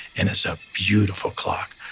and it's a beautiful clock,